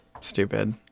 stupid